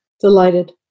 Delighted